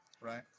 right